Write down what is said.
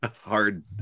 hard